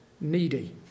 needy